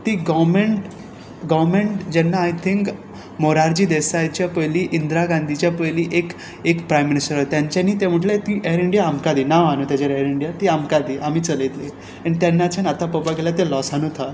ती government government जेन्ना I think Morarji देसायच्या पयलीं इंदिरा गांधीच्या पयलीं एक एक प्रायम मिनिस्टर आसलो तांच्यानी तें म्हणलें ती एर इंडिया आमकां दी नांव आसा न्हय ताजें एर इंडिया ती आमकां दी आमी चलयतले आनी तेन्नाच्यान आतां पळोवपाक गेल्यार तें लॉसानूच आसा